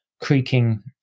creaking